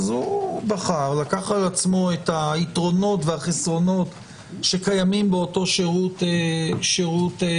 הוא לקח על עצמו את היתרונות והחסרונות שקיימים באותו שירות ממשלתי.